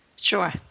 Sure